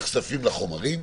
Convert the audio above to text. נחשפים לחומרים,